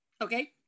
okay